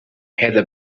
heather